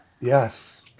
yes